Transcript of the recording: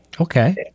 Okay